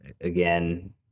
again